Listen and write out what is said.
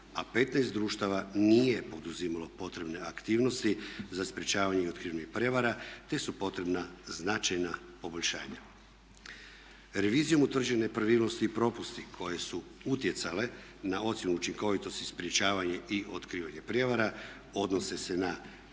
a 15 društava nije poduzimalo potrebne aktivnosti za sprječavanje i otkrivanje prijevara te su potrebna značajna poboljšanja. Revizijom utvrđene nepravilnosti i propusti koji su utjecali na ocjenu učinkovitosti, sprječavanje i otkrivanje prijevara odnose se na